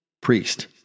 Priest